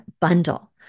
bundle